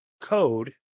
code